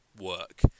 work